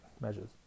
measures